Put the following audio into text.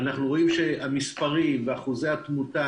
אנחנו רואים שהמספרים ואחוזי התמותה